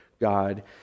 God